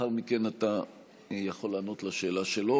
לאחר מכן אתה יכול לענות על השאלה שלו,